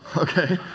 okay.